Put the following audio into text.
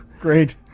great